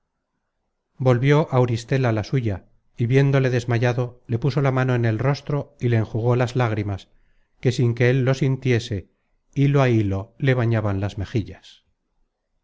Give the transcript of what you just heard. volvió auristela la suya y viéndole desmayado le puso la mano en el rostro y le enjugó las lágrimas que sin que él lo sintiese hilo á hilo le bañaban las mejillas